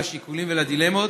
לשיקולים ולדילמות?